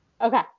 Okay